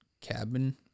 cabin